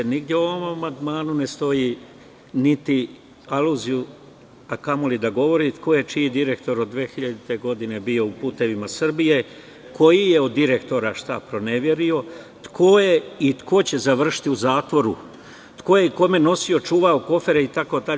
Nigde u ovom amandmanu ne stoji niti aluzija, a kamoli da govori ko je čiji direktor bio 2000. godine u "Putevima Srbije", koji je od direktora šta proneverio, ko je i ko će završiti u zatvoru, ko je kome nosio, čuvao kofere itd.